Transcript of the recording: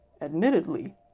admittedly